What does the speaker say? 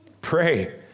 Pray